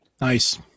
Nice